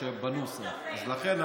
אז לכן,